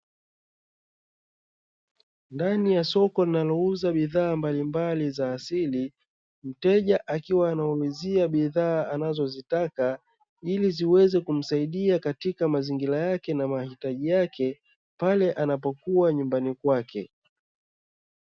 Ndani ya soko linalouza bidhaa mbalimbali za asili, mteja akiwa anaulizia bidhaa anazozitaka, ili ziweze kumsaidia katika mazingira yake na mahitaji yake, pale anapokuwa nyumbani kwake.